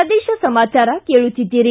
ಪ್ರದೇಶ ಸಮಾಚಾರ ಕೇಳುತ್ತೀದ್ದಿರಿ